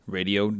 Radio